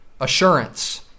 assurance